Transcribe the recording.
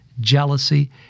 jealousy